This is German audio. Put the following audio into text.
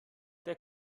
der